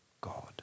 God